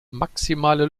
maximale